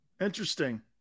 Interesting